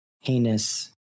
heinous